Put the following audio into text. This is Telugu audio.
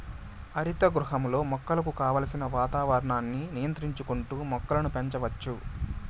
హరిత గృహంలో మొక్కలకు కావలసిన వాతావరణాన్ని నియంత్రించుకుంటా మొక్కలను పెంచచ్చు